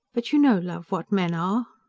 but you know, love, what men are.